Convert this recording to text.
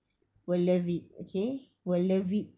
will love it okay will love it